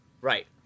right